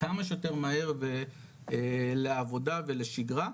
כמה שיותר מהר לעבודה ולשגרה.